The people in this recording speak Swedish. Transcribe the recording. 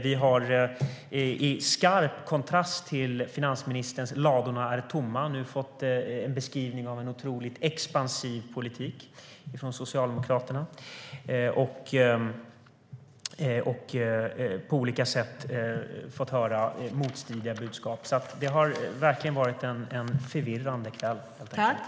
Vi har i skarp kontrast till finansministerns "ladorna är tomma" nu fått en beskrivning av en otroligt expansiv politik från Socialdemokraterna och fått höra motstridiga budskap. Det har verkligen varit en förvirrande kväll, helt enkelt.